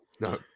no